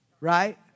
Right